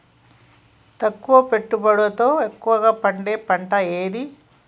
తక్కువ పెట్టుబడితో ఎక్కువగా పండే పంట ఏది?